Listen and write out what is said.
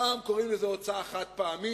פעם קוראים לזה "הוצאה חד-פעמית",